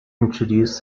introduced